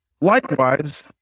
Likewise